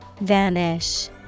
Vanish